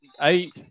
eight